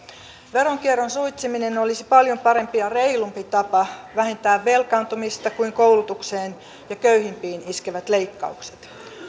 veronkierron suitsiminen olisi paljon parempi ja reilumpi tapa vähentää velkaantumista kuin koulutukseen ja köyhimpiin iskevät leikkaukset